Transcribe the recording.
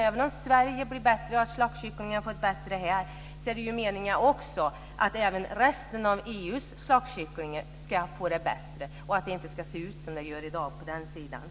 Även om slaktkycklingar får det bättre här är det också meningen att även resten av EU:s slaktkycklingar ska få det bättre och att det inte ska se ut som det gör i dag.